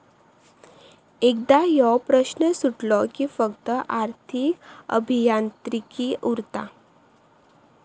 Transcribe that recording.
एकदा ह्यो प्रश्न सुटलो कि फक्त आर्थिक अभियांत्रिकी उरता